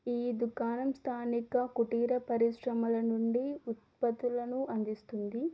ఈ దుకాణం స్థానిక కుటీరా పరిశ్రమలనుండి ఉత్పత్తులను అందిస్తుంది